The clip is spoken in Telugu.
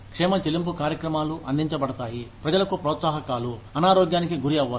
క్షేమ చెల్లింపు కార్యక్రమాలు అందించబడతాయి ప్రజలకు ప్రోత్సాహకాలు అనారోగ్యానికి గురి అవ్వరు